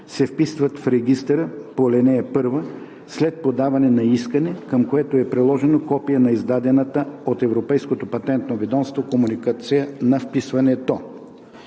се вписват в регистъра по ал. 1 след подаване на искане, към което е приложено копие на издадената от Европейското патентно ведомство комуникация за вписването.“